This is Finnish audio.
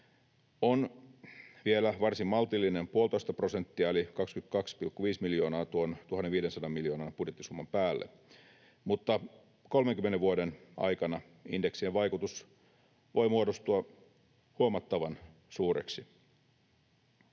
on vielä varsin maltillinen, 1,5 prosenttia eli 22,5 miljoonaa tuon 1 500 miljoonan budjettisumman päälle, mutta 30 vuoden aikana indeksien vaikutus voi muodostua huomattavan suureksi.